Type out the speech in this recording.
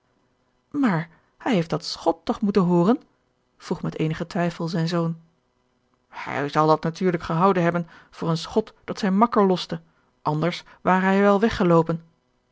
maar hij heeft dat schot toch moeten hooren vroeg met eenigen twijfel zijn zoon hij zal dit natuurlijk gehouden hebben voor een schot dat zijn makker loste anders ware hij wel weggeloopen